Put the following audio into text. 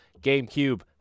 GameCube